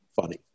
funny